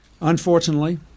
Unfortunately